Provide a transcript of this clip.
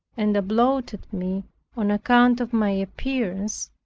and applauded me on account of my appearance,